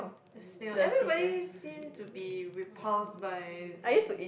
the smell everybody seems to be repulsed by